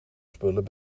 spullen